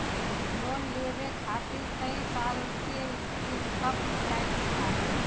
Loan लेवे खातिर कै साल के इनकम टैक्स लागी?